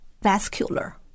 vascular